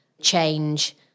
change